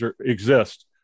exist